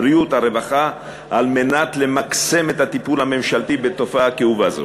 הבריאות והרווחה על מנת למקסם את הטיפול הממשלתי בתופעה כאובה זו.